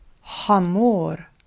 hamor